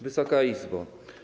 Wysoka Izbo!